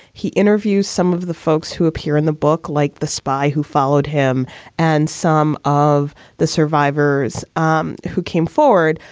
he interviews some of the folks who appear in the book, like the spy who followed him and some of the survivors um who came forward.